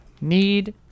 Need